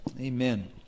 Amen